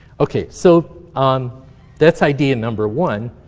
ok, so um that's idea number one.